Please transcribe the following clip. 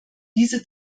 diese